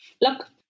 Look